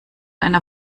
einer